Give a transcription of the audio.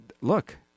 Look